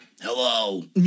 hello